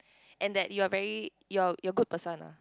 and that you are very you are you are good person